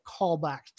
callbacks